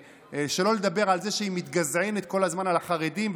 שלא לדבר על זה שהיא מתגזענת כל הזמן על החרדים,